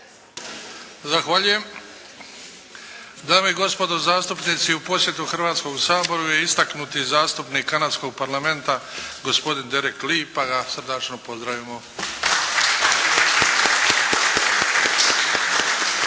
Zahvaljujem. Dame i gospodo zastupnici, u posjetu Hrvatskom saboru je istaknuti zastupnik kanadskog Parlamenta gospodin Derek Lee pa ga srdačno pozdravimo.